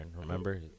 remember